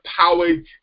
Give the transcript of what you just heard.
powered